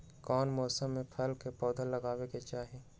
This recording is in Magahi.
कौन मौसम में फल के पौधा लगाबे के चाहि?